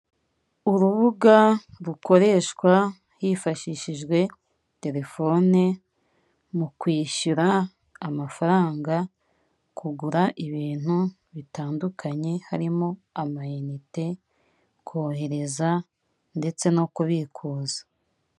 Urubuga rukoreshwa hifashishijwe telefone mu kwishyura amafaranga, kugura ibintu bitandukanye harimo ama inite kohereza, ndetse no kubikuza.